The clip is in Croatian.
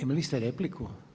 Imali ste repliku?